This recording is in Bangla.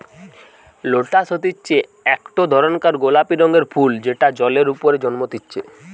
লোটাস হতিছে একটো ধরণকার গোলাপি রঙের ফুল যেটা জলের ওপরে জন্মতিচ্ছে